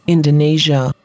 Indonesia